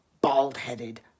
bald-headed